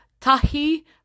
tahi